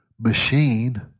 machine